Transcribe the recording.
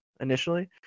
initially